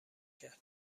کرد